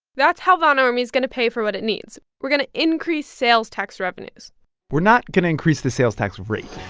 that's how von ormy is going to pay for what it needs. we're going to increase sales tax revenues we're not going to increase the sales tax rate.